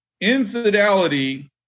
Infidelity